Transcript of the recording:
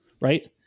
right